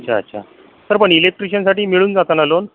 अच्छा अच्छा सर पण इलेक्ट्रिशियनसाठी मिळून जातं ना लोन